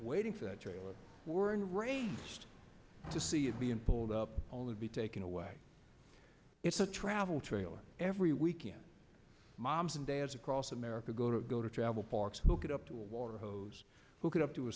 waiting for that trailer were enraged to see it being pulled up on the be taken away it's a travel trailer every weekend moms and dads across america go to go to travel parks look it up to a water hose hook it up to a